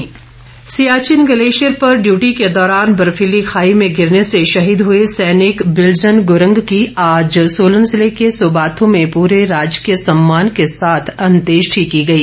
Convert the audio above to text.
अंत्येष्ठी Siachen glacier पर duty के दौरान बर्फीली खाई में गिरने से शहीद हुए सैनिक बिल्जन गुरंग की आज सोलन जिले के सुबाथु में पूरे राजकीय सम्मान के साथ अंत्येष्ठी की गई